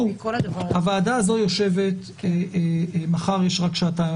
הוועדה הזו יושבת מחר יש רק שעתיים,